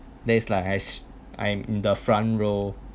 then is like I I'm in the front row